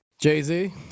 Jay-Z